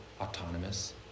autonomous